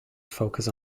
focus